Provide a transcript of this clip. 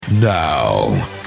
Now